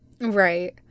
Right